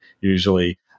usually